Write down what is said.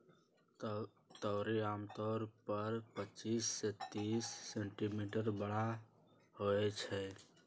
तोरी आमतौर पर पच्चीस से तीस सेंटीमीटर बड़ होई छई